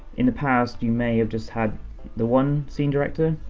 in the past, you may have just had the one scene director,